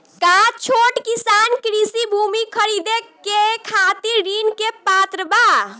का छोट किसान कृषि भूमि खरीदे के खातिर ऋण के पात्र बा?